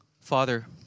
Father